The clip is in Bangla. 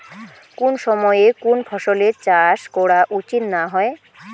কুন সময়ে কুন ফসলের চাষ করা উচিৎ না হয়?